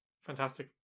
Fantastic